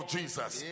Jesus